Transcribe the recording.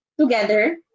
together